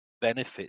benefits